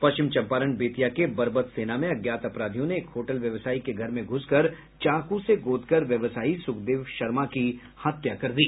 पश्चिम चंपारण बेतिया के बरबत सेना में अज्ञात अपराधियों ने एक होटल व्यवसायी के घर में घुसकर चाकू से गोदकर व्यवसायी सुखदेव शर्मा की हत्या कर दी